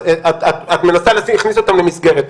את מנסה להכניס אותם למסגרת,